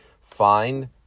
find